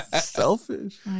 Selfish